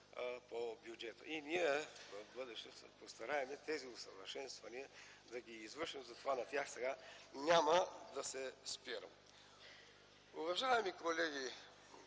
по бюджета. И ние в бъдеще ще се постараем тези усъвършенствания да ги извършим, затова сега на тях няма да се спирам. Уважаеми колеги